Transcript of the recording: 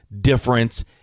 difference